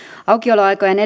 aukioloaikojen